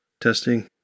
Testing